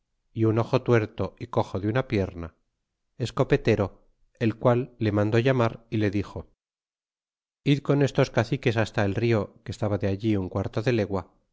é un ojo tuerto a coxo de una pierna es copetero el qual le mandó llamar y le dixo id con estos caciques hasta el rio que estaba de allí un quarto de legua